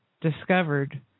discovered